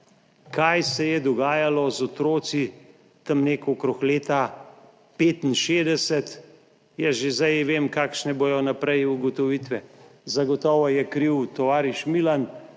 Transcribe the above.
Kaj se je dogajalo z otroci tam nekje okrog leta 1965, Jaz že zdaj vem, kakšne bodo naprej ugotovitve. Zagotovo je kriv tovariš Milan,